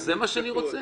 זה מה שאני רוצה.